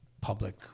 public